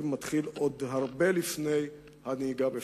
מתחיל עוד הרבה לפני הנהיגה בפועל.